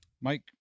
Mike